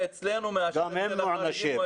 גם הם מוענשים.